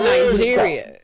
Nigeria